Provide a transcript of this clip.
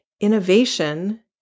innovation